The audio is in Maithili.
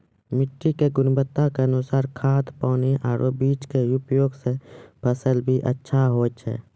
मिट्टी के गुणवत्ता के अनुसार खाद, पानी आरो बीज के उपयोग सॅ फसल भी अच्छा होय छै